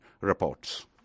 reports